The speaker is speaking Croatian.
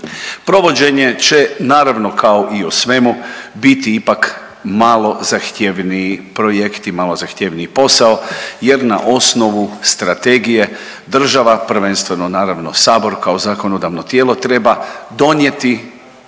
Provođenje će naravno kao i o svemu biti ipak malo zahtjevniji projekt i malo zahtjevniji posao jer na osnovu strategije država prvenstveno naravno Sabor kao zakonodavno tijelo treba donijeti